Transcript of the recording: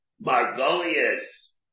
Margolius